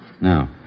Now